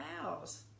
house